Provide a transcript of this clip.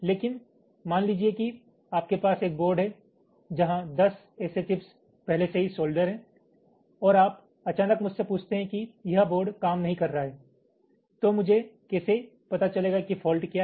लेकिन मान लीजिए कि आपके पास एक बोर्ड है जहां 10 ऐसे चिप्स पहले से ही सोल्डर हैं और आप अचानक मुझसे पूछते हैं कि यह बोर्ड काम नहीं कर रहा है तो मुझे कैसे पता चलेगा कि फॉल्टक्या है